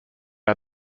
are